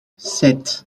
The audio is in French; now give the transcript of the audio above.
sept